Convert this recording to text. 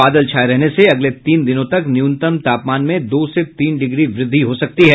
बादल छाये रहने से अगले तीन दिनों तक न्यूनतम तापमान में दो से तीन डिग्री वृद्धि हो सकती है